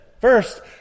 first